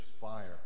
fire